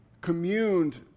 communed